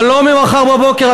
אבל לא ממחר בבוקר,